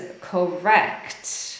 correct